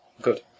Good